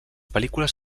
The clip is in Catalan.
pel·lícules